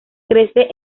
crece